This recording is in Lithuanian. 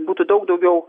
būtų daug daugiau